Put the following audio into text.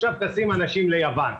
עכשיו טסים אנשים ליוון,